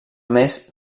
més